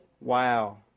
wow